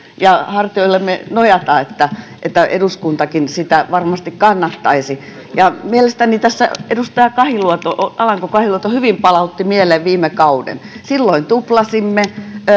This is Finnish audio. ja hartioillemme nojata että että eduskuntakin sitä varmasti kannattaisi mielestäni tässä edustaja alanko kahiluoto hyvin palautti mieleen viime kauden silloin tuplasimme